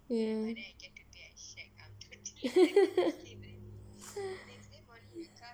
ya